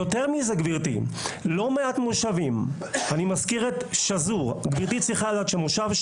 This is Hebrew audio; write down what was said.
לא מעט מושבים, אני מזכיר את שזור לדוגמה,